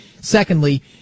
Secondly